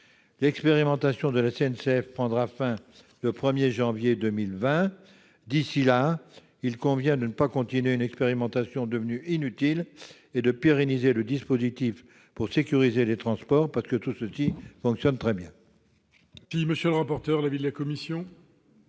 L'expérimentation de la SNCF prendra fin le 1 janvier 2020. D'ici là, il convient de ne pas poursuivre une expérimentation devenue inutile et de pérenniser le dispositif pour sécuriser les transports, parce que tout cela fonctionne très bien. Quel est l'avis de la commission ?